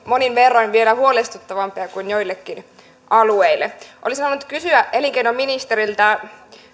monin verroin vielä huolestuttavampia kuin joillekin alueille olisin halunnut kysyä elinkeinoministeriltä